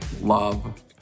love